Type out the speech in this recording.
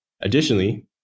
Additionally